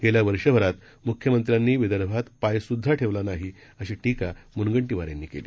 गेल्या वर्षभरात मुख्यमंत्र्यांनी विदर्भात पाय सुद्धा ठेवला नाही अशी टीका म्नगंटीवार यांनी केली